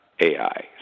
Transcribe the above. AI